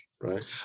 right